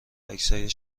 عکسهای